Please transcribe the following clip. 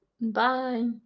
Bye